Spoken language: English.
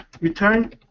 return